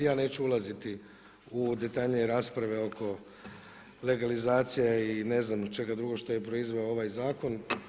Ja neću ulaziti u detaljnije rasprave oko legalizacija i ne znam čega drugog što je proizveo ovaj zakon.